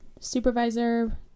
Supervisor